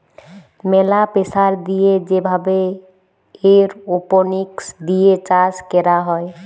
ম্যালা প্রেসার দিয়ে যে ভাবে এরওপনিক্স দিয়ে চাষ ক্যরা হ্যয়